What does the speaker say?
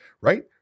right